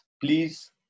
Please